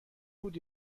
بود